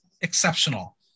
exceptional